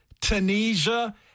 Tunisia